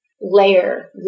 layer